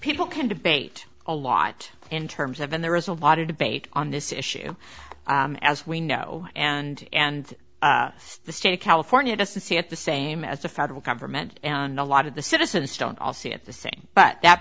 people can debate a lot in terms of and there is a lot of debate on this issue as we know and and the state of california has to see at the same as the federal government and a lot of the citizens don't all see it the same but that